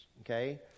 Okay